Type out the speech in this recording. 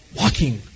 walking